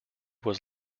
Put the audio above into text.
was